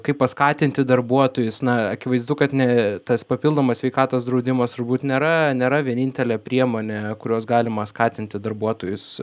kaip paskatinti darbuotojus na akivaizdu kad ne tas papildomas sveikatos draudimas turbūt nėra nėra vienintelė priemonė kurios galima skatinti darbuotojus